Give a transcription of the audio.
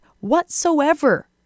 whatsoever